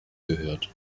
gehört